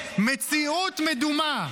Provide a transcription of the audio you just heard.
מציאות מדומה.